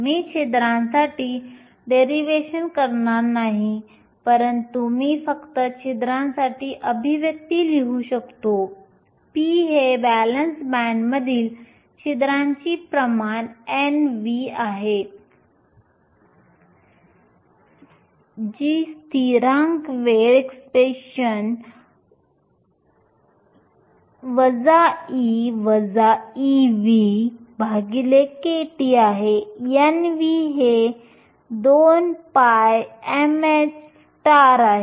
मी छिद्रांसाठी डेरिवेशन करणार नाही परंतु मी फक्त छिद्रांसाठी अभिव्यक्ती लिहू शकतो p जे व्हॅलेन्स बँडमधील छिद्रांचे प्रमाण Nv आहे जी स्थिरांक वेळexp⁡kT आहे Nv हे 2π mh आहे